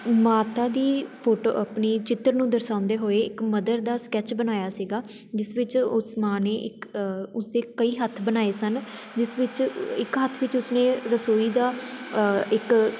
ਮਾਤਾ ਦੀ ਫੋਟੋ ਆਪਣੀ ਚਿੱਤਰ ਨੂੰ ਦਰਸਾਉਂਦੇ ਹੋਏ ਇੱਕ ਮਦਰ ਦਾ ਸਕੈਚ ਬਣਾਇਆ ਸੀਗਾ ਜਿਸ ਵਿੱਚ ਉਸ ਮਾਂ ਨੇ ਇੱਕ ਉਸਦੇ ਕਈ ਹੱਥ ਬਣਾਏ ਸਨ ਜਿਸ ਵਿੱਚ ਇੱਕ ਹੱਥ ਵਿੱਚ ਉਸਨੇ ਰਸੋਈ ਦਾ ਇੱਕ